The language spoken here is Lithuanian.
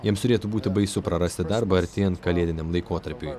jiems turėtų būti baisu prarasti darbą artėjant kalėdiniam laikotarpiui